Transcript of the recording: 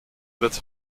wird